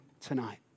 tonight